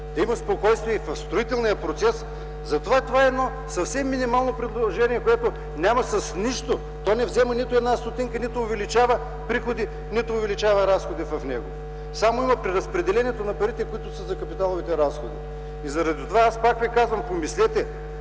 да има спокойствие и в строителния процес, това е съвсем минимално предложение, което не взема нито стотинка – нито увеличава приходи, нито увеличава разходи. Само има преразпределение на парите, които са за капиталовите разходи. Заради това пак ви казвам, помислете